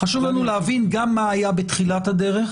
להבין מה היה גם בתחילת הדרך